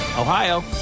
Ohio